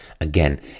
again